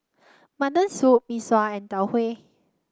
Mutton Soup Mee Sua and Tau Huay